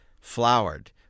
flowered